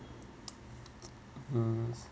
um